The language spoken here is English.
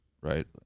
right